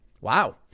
Wow